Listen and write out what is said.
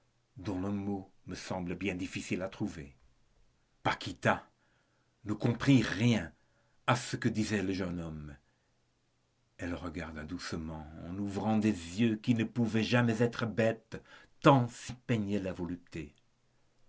dont le mot me semble bien difficile à trouver paquita ne comprit rien à ce que disait le jeune homme elle le regarda doucement en ouvrant des yeux qui ne pouvaient jamais être bêtes tant il s'y peignait de volupté